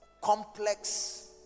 complex